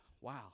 Wow